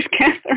Catherine